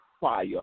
fire